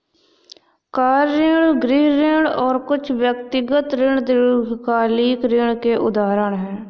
car ऋण, गृह ऋण और कुछ व्यक्तिगत ऋण दीर्घकालिक ऋण के उदाहरण हैं